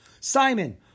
Simon